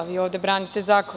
Vi ovde branite zakon.